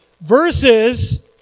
Versus